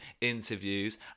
interviews